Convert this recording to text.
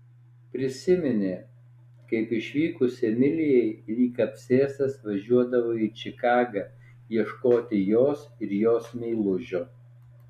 prisiminė kaip išvykus emilijai lyg apsėstas važiuodavo į čikagą ieškoti jos ir jos meilužio